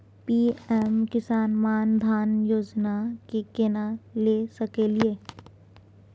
PM Kisan Maandhan Yojana के केना ले सकलिए?